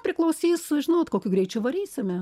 priklausys sužinot kokiu greičiu varysime